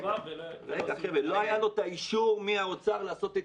לא היה לו את האישור מהאוצר לעשות את